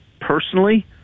personally